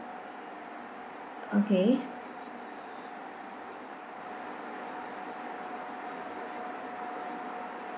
okay